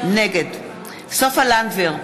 נגד סופה לנדבר,